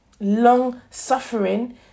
long-suffering